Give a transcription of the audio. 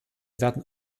werden